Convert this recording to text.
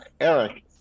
eric